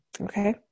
Okay